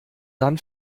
dann